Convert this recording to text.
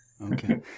Okay